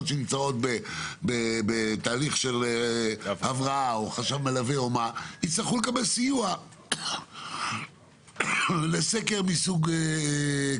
שנמצאות בתהליך של הבראה או חשב מלווה יצטרכו לקבל סיוע לסקר כזה,